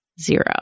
zero